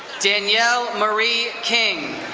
danielle marie king.